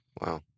Wow